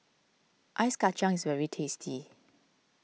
Ice Kacang is very tasty